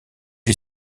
est